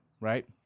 right